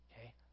okay